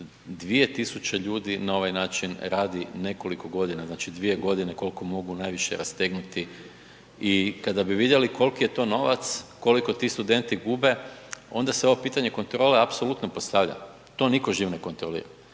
Zagrebu 2.000 ljudi na ovaj način radi nekoliko godina. Znači 2 godine koliko mogu najviše rastegnuti. I kada bi vidjeli koliko je to novac, koliko ti studenti gube onda se ovo pitanje kontrole apsolutno postavlja, to možda nitko živ ne kontrolira.